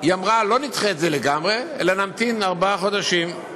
היא אמרה: לא נדחה את זה לגמרי אלא נמתין ארבעה חודשים.